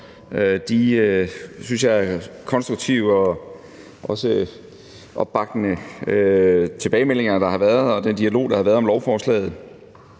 de, synes jeg, konstruktive og også opbakkende tilbagemeldinger, der har været, og den dialog, der har været om lovforslaget.